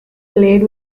played